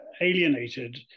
alienated